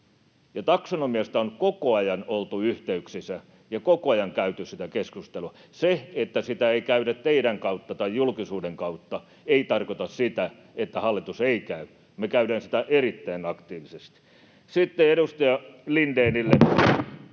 Ja taksonomiasta on koko ajan oltu yhteyksissä ja koko ajan käyty sitä keskustelua. Se, että sitä ei käydä teidän kauttanne tai julkisuuden kautta, ei tarkoita sitä, että hallitus ei sitä käy. Me käydään sitä erittäin aktiivisesti. Sitten edustaja Lindénille